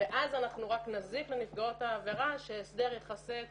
ואז אנחנו רק נזיק לנפגעות העבירה שהסדר יכסה את